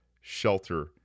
shelter